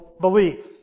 belief